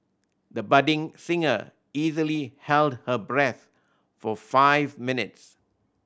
the budding singer easily held her breath for five minutes